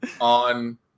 on